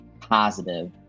positive